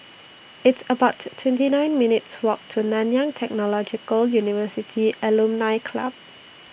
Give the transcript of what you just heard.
It's about twenty nine minutes' Walk to Nanyang Technological University Alumni Club